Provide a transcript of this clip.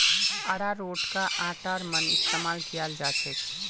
अरारोटका आटार मन इस्तमाल कियाल जाछेक